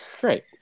great